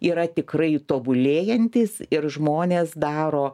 yra tikrai tobulėjantis ir žmonės daro